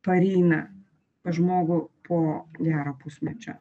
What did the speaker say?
pareina pas žmogų po gero pusmečio